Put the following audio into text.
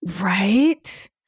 Right